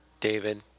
David